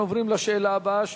אנחנו עוברים לשאלה הבאה,